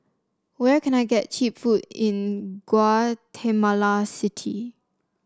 where can I get cheap food in Guatemala City